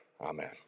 Amen